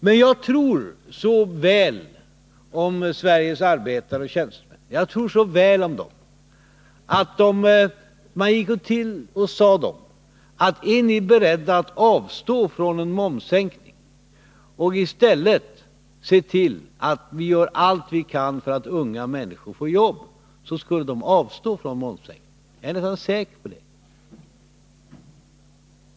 Men jag tror så väl om Sveriges arbetare och tjänstemän att jag nästan är säker på att de skulle svara ja, om man gick ut till dem och frågade: Är ni beredda att avstå från en momssänkning för att vi i stället skall kunna göra allt vi kan för att unga människor skall få jobb?